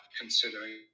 considering